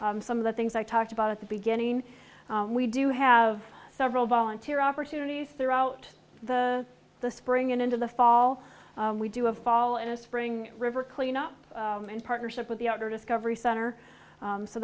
about some of the things i talked about at the beginning we do have several volunteer opportunities throughout the the spring and into the fall we do a fall and spring river cleanup in partnership with the outer discovery center